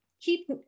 keep